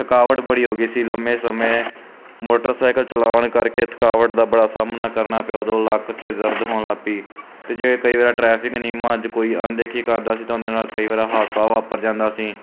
ਥਕਾਵਟ ਬੜੀ ਹੋ ਗਈ ਸੀ ਲੰਮੇ ਸਮੇਂ ਮੋਟਰਸਾਈਕਲ ਚਲਾਉਣ ਕਰਕੇ ਥਕਾਵਟ ਦਾ ਬੜਾ ਸਾਹਮਣਾ ਕਰਨਾ ਪਿਆ ਉਦੋਂ ਲੱਕ 'ਚ ਦਰਦ ਹੋਣ ਲੱਗ ਪਈ ਅਤੇ ਜੇ ਕਈ ਵਾਰ ਟਰੈਫਿਕ ਨਿਯਮਾਂ 'ਤੇ ਕੋਈ ਅਣਦੇਖੀ ਕਰਦਾ ਸੀ ਤਾਂ ਉਹਦੇ ਨਾਲ ਕਈ ਵਾਰ ਹਾਦਸਾ ਵਾਪਰ ਜਾਂਦਾ ਸੀ